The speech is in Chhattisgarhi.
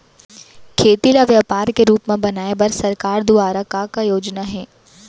खेती ल व्यापार के रूप बनाये बर सरकार दुवारा का का योजना हे?